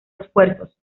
esfuerzos